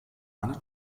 eine